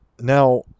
Now